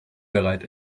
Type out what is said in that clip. bereit